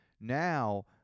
Now